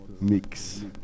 mix